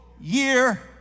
year